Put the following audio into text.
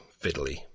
fiddly